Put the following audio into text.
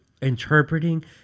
interpreting